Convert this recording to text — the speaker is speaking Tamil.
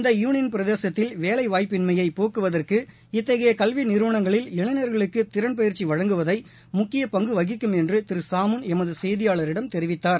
இந்த யுளியன் பிரதேசத்தில் வேலைவாய்பபின்மையை போக்குவத்றகு இத்தகைய கல்வி நிறுவனங்களில் இளைஞர்களுக்கு திறன் பயிற்சி வழங்குவதை முக்கிய பங்கு வகிக்கும் என்று திரு சாமூன் எமது செய்தியாளரிடம் தெரிவித்தார்